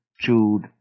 chewed